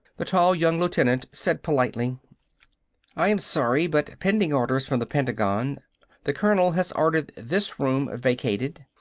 the tall young lieutenant said politely i am sorry, but pending orders from the pentagon the colonel has ordered this room vacated.